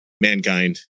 mankind